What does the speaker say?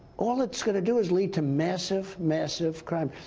all it's going to do is lead to massive, massive crime.